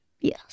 Yes